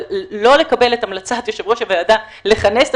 אבל לא לקבל את המלצת יושב-ראש הוועדה לכנס את